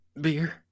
Beer